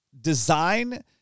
design